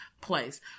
place